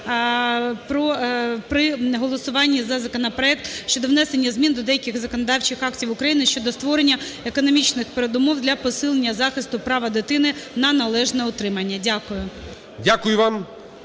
при голосуванні за законопроект щодо внесення змін до деяких законодавчих актів України щодо створення економічних передумов для посилення захисту права дитини на належне утримання. Дякую. ГОЛОВУЮЧИЙ.